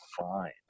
fine